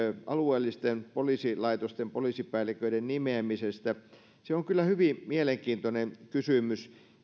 alueellisten poliisilaitosten poliisipäälliköiden nimeämisestä on kyllä hyvin mielenkiintoinen kysymys